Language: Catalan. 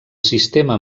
sistema